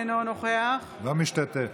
אינו משתתף